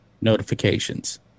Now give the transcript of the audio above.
notifications